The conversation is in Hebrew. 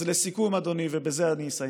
אז לסיכום, אדוני, ובזה אני אסיים,